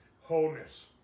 wholeness